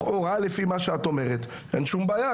לכאורה, לפי מה שאת אומרת, אין שום בעיה.